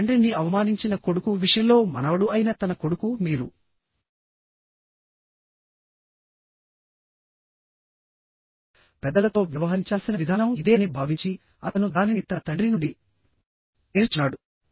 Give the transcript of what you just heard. తన తండ్రిని అవమానించిన కొడుకు విషయంలోమనవడు అయిన తన కొడుకు మీరు పెద్దలతో వ్యవహరించాల్సిన విధానం ఇదే అని భావించి అతను దానిని తన తండ్రి నుండి నేర్చుకున్నాడు